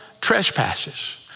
trespasses